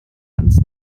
ans